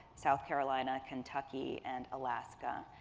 south carolina, kentucky, and alaska.